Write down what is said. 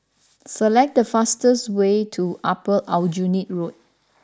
select the fastest way to Upper Aljunied Road